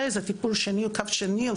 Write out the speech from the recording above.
זה טיפול שני או שלישי,